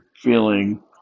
Feeling